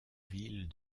ville